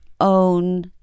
own